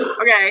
okay